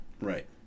Right